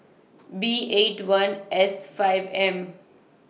B eight one S five M